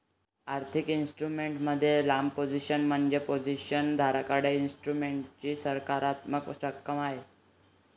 आर्थिक इन्स्ट्रुमेंट मध्ये लांब पोझिशन म्हणजे पोझिशन धारकाकडे इन्स्ट्रुमेंटची सकारात्मक रक्कम आहे